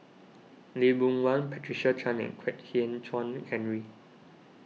Lee Boon Wang Patricia Chan and Kwek Hian Chuan Henry